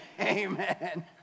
Amen